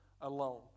alone